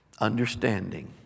understanding